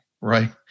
right